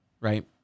right